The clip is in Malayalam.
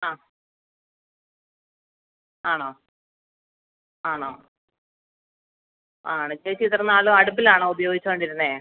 അ ആണോ ആണോ ആണ് ചേച്ചി ഇത്ര നാളും അടുപ്പിലാണോ ഉപയോഗിച്ചുകൊണ്ടിരുന്നത്